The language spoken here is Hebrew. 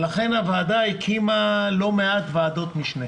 לכן הוועדה הקימה לא מעט ועדות משנה.